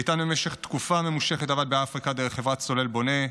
איתן עבד במשך תקופה ממושכת באפריקה דרך חברת סולל בונה,